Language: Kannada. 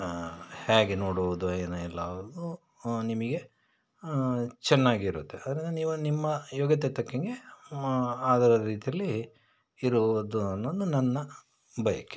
ಹೇಗೆ ನೋಡುವುದು ಏನೋ ಎಲ್ಲ ನು ನಿಮಗೆ ಚೆನ್ನಾಗಿರುತ್ತೆ ಅಂದರೆ ನೀವು ನಿಮ್ಮ ಯೋಗ್ಯತೆಗೆ ತಕ್ಕಂಗೆ ಅದರ ರೀತಿಯಲ್ಲಿ ಇರುವುದು ಅನ್ನೋದು ನನ್ನ ಬಯಕೆ